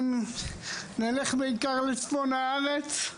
אם נלך בעיקר לצפון הארץ,